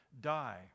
die